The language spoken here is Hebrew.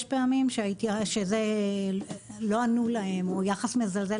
יש פעמים שזה לא ענו להם או יחס מזלזל